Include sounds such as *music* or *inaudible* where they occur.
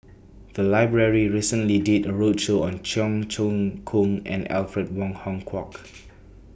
The Library recently did A roadshow on Cheong Choong Kong and Alfred Wong Hong Kwok *noise*